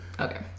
okay